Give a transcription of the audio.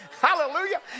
Hallelujah